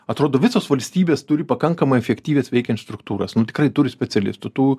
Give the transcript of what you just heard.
atrodo visos valstybės turi pakankamai efektyvias veikiančias struktūras nu tikrai turi specialistų tų